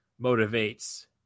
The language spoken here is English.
motivates